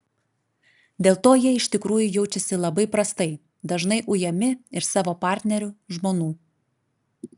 dėl to jie iš tikrųjų jaučiasi labai prastai dažnai ujami ir savo partnerių žmonų